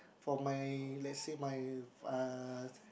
for my let's say my uh